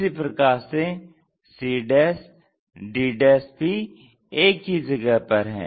इसी प्रकार से c d भी एक ही जगह पर है